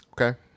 okay